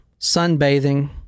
sunbathing